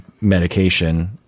medication